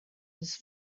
his